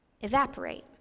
evaporate